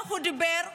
איך הוא דיבר היום?